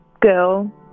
girl